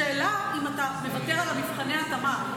השאלה אם אתה מוותר על מבחני ההתאמה,